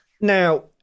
now